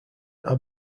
are